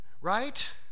right